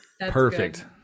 Perfect